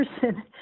person